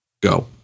Go